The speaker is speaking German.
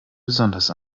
besonders